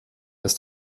ist